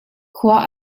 khua